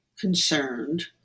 concerned